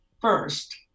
first